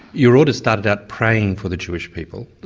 your order started out praying for the jewish people.